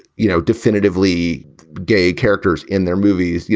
you know, definitively gay characters in their movies. you